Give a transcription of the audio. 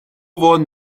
wurden